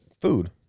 food